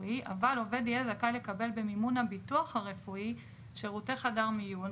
אבל עובד יהיה זכאי לקבל במימון הביטוח הרפואי שירותי חדר מיון,